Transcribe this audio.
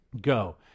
Go